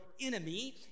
enemy